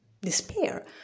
despair